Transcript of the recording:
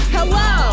Hello